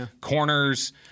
Corners